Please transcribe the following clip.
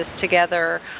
together